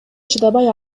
чыдабай